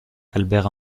albert